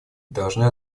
должны